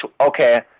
okay